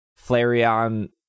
Flareon